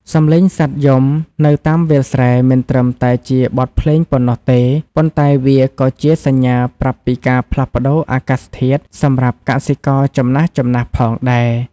សំឡេងសត្វយំនៅតាមវាលស្រែ មិនត្រឹមតែជាបទភ្លេងប៉ុណ្ណោះទេ ប៉ុន្តែវាក៏ជាសញ្ញាប្រាប់ពីការផ្លាស់ប្តូរអាកាសធាតុសម្រាប់កសិករចំណាស់ៗផងដែរ។